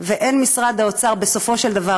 והן משרד האוצר בסופו של דבר,